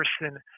person